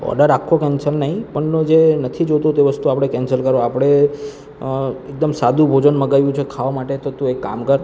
order આખો cancel નહીં પણ ઓલું જે નથી જોઈતું તે વસ્તુ આપણે કેન્સલ કર આપણે એકદમ સાદું ભોજન મંગાવ્યું છે ખાવા માટે તો તું એક કામ કર